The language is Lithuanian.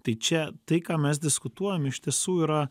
tai čia tai ką mes diskutuojam iš tiesų yra